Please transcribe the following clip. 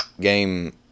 game